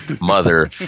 mother